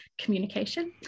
communication